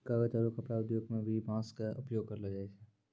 कागज आरो कपड़ा उद्योग मं भी बांस के उपयोग करलो जाय छै